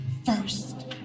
First